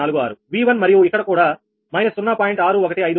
3846 V1 మరియు ఇక్కడ కూడా −0